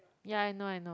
ya I know I know